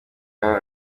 yawe